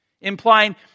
implying